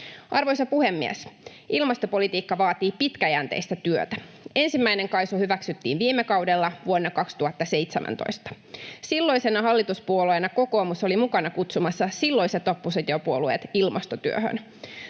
Arvoisa puhemies! Ilmastopolitiikka vaatii pitkäjänteistä työtä. Ensimmäinen KAISU hyväksyttiin viime kaudella, vuonna 2017. Silloisena hallituspuolueena kokoomus oli mukana kutsumassa silloiset oppositiopuolueet ilmastotyöhön.